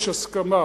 יש הסכמה